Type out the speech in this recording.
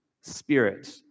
spirit